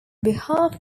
behalf